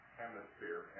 hemisphere